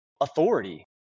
authority